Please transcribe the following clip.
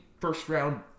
first-round